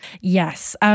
Yes